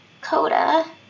Coda